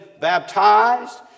baptized